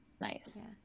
Nice